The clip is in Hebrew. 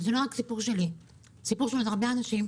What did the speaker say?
זה סיפור לא רק שלי אלא של עוד הרבה מאוד אנשים.